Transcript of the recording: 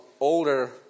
older